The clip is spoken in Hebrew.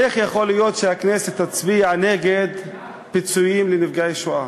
איך יכול להיות שהכנסת תצביע נגד פיצויים לנפגעי שואה?